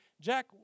jack